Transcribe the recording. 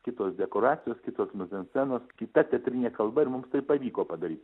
kitos dekoracijos kitos mizanscenos kita teatrinė kalba ir mums tai pavyko padaryt